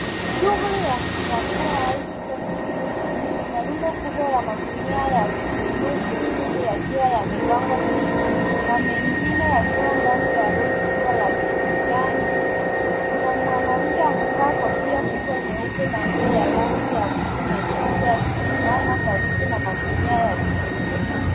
Shughuli ya kupakua au kuuza vitunguu vingi. Kuna rundo kubwa la magunia ya vitunguu vyekundu yakiwa yamepangwa chini na mengine yakiwa ndani ya lori kubwa la kijani. Kuna mwanamke amevaa kofia kubwa nyeupe na nguo ya rangi ya bluu na nyeupe akisimama karibu na magunia ya vitunguu.